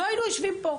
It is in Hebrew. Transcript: לא היינו יושבים פה,